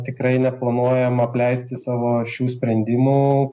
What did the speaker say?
tikrai neplanuojam apleisti savo šių sprendimų